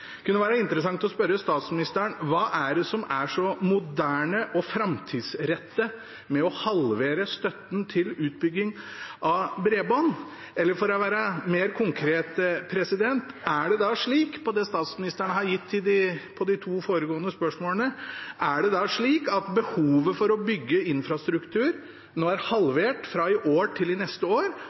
kunne være interessant å spørre statsministeren: Hva er det som er så moderne og framtidsrettet med å halvere støtten til utbygging av bredbånd? Eller for å være mer konkret: Med tanke på de svarene statsministeren har gitt på de to foregående spørsmålene, er det da slik at behovet for å bygge infrastruktur er halvert fra i år til neste år,